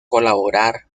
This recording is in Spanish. colaborar